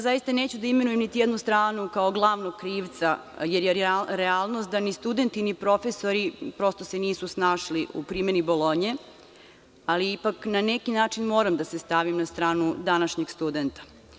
Zaista neću da imenujem niti jednu stranu kao glavnog krivca jer je realnost da ni studenti ni profesori prosto se nisu snašli u primeni „Bolonje“, ali ipak, na neki način moram da se stavim na stranu današnjeg studenta.